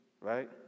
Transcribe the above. right